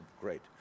Great